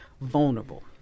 vulnerable